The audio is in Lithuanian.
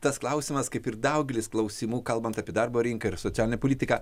tas klausimas kaip ir daugelis klausimų kalbant apie darbo rinką ir socialinę politiką